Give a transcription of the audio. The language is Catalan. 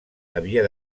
havia